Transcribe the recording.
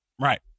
Right